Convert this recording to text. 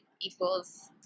equals